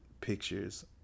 pictures